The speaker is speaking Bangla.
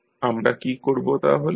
আমরা কী করব তাহলে